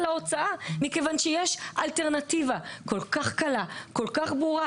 ההוצאה כי יש אלטרנטיבה כה קלה וכה ברורה.